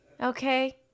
Okay